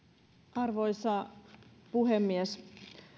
arvoisa puhemies